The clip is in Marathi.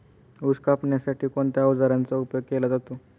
ऊस कापण्यासाठी कोणत्या अवजारांचा उपयोग केला जातो?